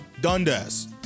Dundas